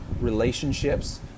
relationships